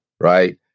right